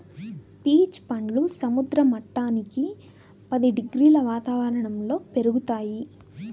peach పండ్లు సముద్ర మట్టానికి పది డిగ్రీల వాతావరణంలో పెరుగుతాయి